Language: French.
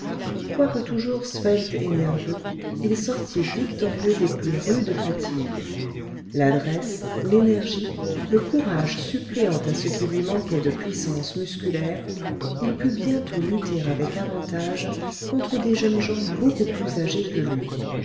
quoique toujours svelte et nerveux il sortit victorieux des plus rudes fatigues l'adresse l'énergie le courage suppléant à ce qui lui manquait de puissance musculaire il put bientôt lutter avec avantage contre des jeunes gens beaucoup plus âgés que lui